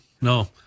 No